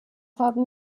haben